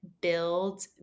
build